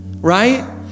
right